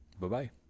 Bye-bye